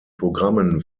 programmen